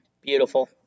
Beautiful